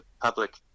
public